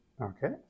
Okay